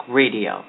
radio